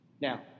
Now